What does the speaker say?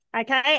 okay